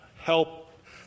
help